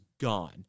gone